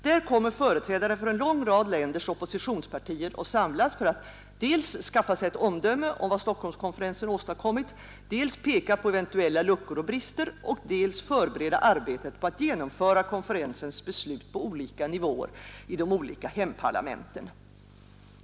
Där kommer företrädare för en lång rad länders oppositionspartier att samlas dels för att skaffa sig ett omdöme om vad Stockholmskonferensen åstadkommit, dels för att peka på eventuella luckor och brister och dels förbereda arbetet på att genomföra konferensens beslut på olika nivåer i de olika hemparlamenten.